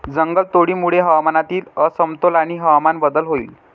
जंगलतोडीमुळे हवामानातील असमतोल आणि हवामान बदल होईल